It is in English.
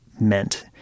meant